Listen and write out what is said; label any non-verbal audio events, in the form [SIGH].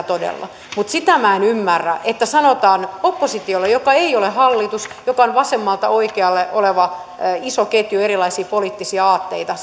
[UNINTELLIGIBLE] todella mutta sitä minä en ymmärrä että sanotaan oppositiolle joka ei ole hallitus joka on vasemmalta oikealle oleva iso ketju erilaisia poliittisia aatteita